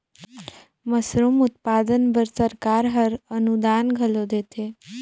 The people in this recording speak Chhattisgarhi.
मसरूम उत्पादन बर सरकार हर अनुदान घलो देथे